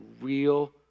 real